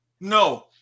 no